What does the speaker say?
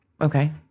Okay